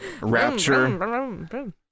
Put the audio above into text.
Rapture